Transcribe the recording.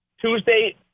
Tuesday